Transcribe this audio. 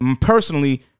personally